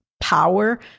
power